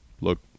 Look